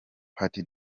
party